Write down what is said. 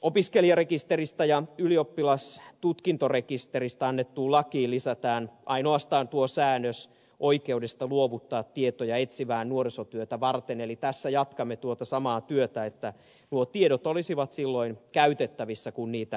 opiskelijarekisteristä ja ylioppilastutkintorekisteristä annettuun lakiin lisätään ainoastaan tuo säännös oikeudesta luovuttaa tietoja etsivää nuorisotyötä varten eli tässä jatkamme tuota samaa työtä että nuo tiedot olisivat silloin käytettävissä kun niitä tarvitaan